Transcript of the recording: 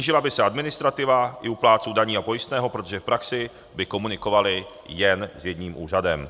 Snížila by se administrativa i u plátců daní a pojistného, protože v praxi by komunikovali jen s jedním úřadem.